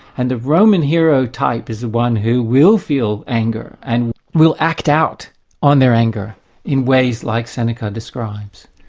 and a roman hero type is the one who will feel anger, and will act out on their anger in ways like seneca describes.